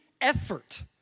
effort